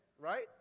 right